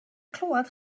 clywed